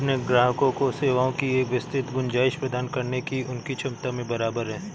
अपने ग्राहकों को सेवाओं की एक विस्तृत गुंजाइश प्रदान करने की उनकी क्षमता में बराबर है